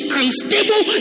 unstable